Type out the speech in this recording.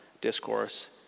discourse